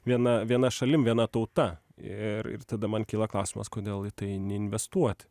viena viena šalim viena tauta ir ir tada man kyla klausimas kodėl į tai neinvestuot